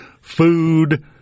food